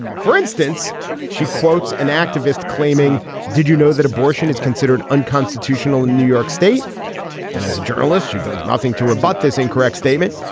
for instance she quotes an activist claiming did you know that abortion is considered unconstitutional in new york state and as a journalist she does nothing to rebut this incorrect statement.